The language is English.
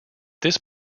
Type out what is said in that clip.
this